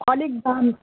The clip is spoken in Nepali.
अलिक दाम